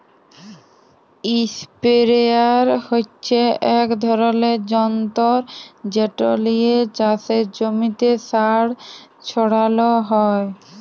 ইসপেরেয়ার হচ্যে এক ধরলের যন্তর যেট লিয়ে চাসের জমিতে সার ছড়ালো হয়